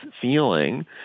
feeling